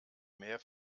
mär